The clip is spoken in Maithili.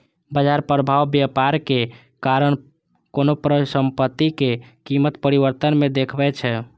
बाजार प्रभाव व्यापारक कारण कोनो परिसंपत्तिक कीमत परिवर्तन मे देखबै छै